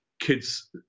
kids